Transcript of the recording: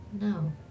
No